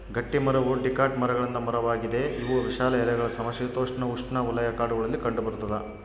ಗಟ್ಟಿಮರವು ಡಿಕಾಟ್ ಮರಗಳಿಂದ ಮರವಾಗಿದೆ ಇವು ವಿಶಾಲ ಎಲೆಗಳ ಸಮಶೀತೋಷ್ಣಉಷ್ಣವಲಯ ಕಾಡುಗಳಲ್ಲಿ ಕಂಡುಬರ್ತದ